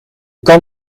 kan